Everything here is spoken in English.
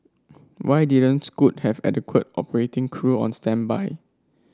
why didn't Scoot have adequate operating crew on standby